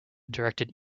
directed